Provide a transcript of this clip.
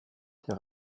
der